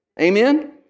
Amen